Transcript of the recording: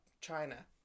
China